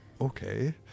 Okay